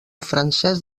francès